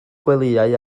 gwelyau